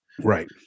right